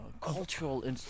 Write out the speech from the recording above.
cultural